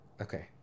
okay